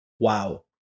Wow